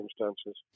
circumstances